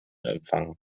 empfangen